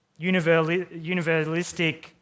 universalistic